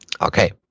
Okay